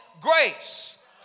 grace